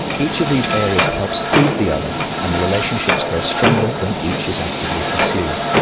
each of these areas helps feed the other and the relationships grow stronger when each is actively pursued.